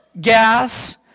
gas